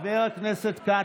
חבר הכנסת כץ.